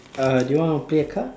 uh do you want to play a card